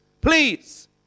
please